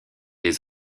les